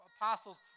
apostles